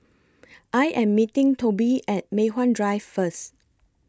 I Am meeting Tobi At Mei Hwan Drive First